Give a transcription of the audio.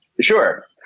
Sure